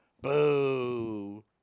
Boo